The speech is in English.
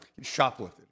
shoplifted